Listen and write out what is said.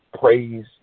praise